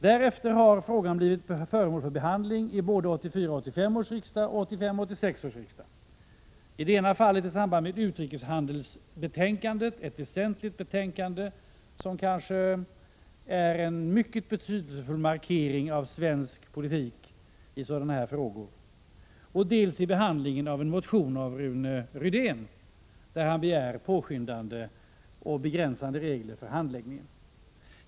Därefter har frågan blivit föremål för behandling vid både 1984 86 års riksmöten, dels i samband med ett utrikeshandelsbetänkande — ett väsentligt betänkande, som kanske är en mycket betydelsefull markering av svensk politik i sådana här frågor —, dels vid behandlingen av en motion av Rune Rydén, där han begär påskyndande och begränsande regler för handläggningen.